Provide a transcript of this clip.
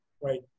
right